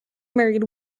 married